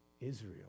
Israel